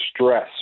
stress